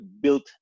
built